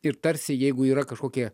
ir tarsi jeigu yra kažkokie